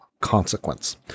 consequence